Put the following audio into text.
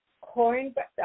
cornbread